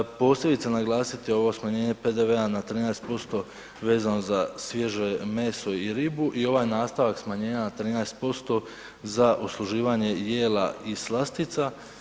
Posebice naglasiti ovo smanjenje PDV-a na 13% vezano za svježe meso i ribu i ovaj nastavak smanjenja na 13% za usluživanje jela i slastica.